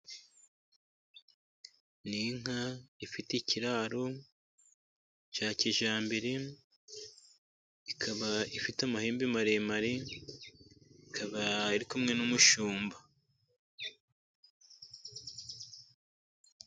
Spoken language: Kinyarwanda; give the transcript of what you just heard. Ni inka ifite ikiraro cya kijyambere, ikaba ifite amahembe maremare ikaba iri kumwe n'umushumba.